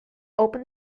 open